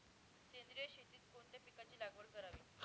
सेंद्रिय शेतीत कोणत्या पिकाची लागवड करावी?